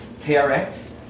TRX